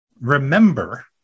remember